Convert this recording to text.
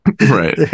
right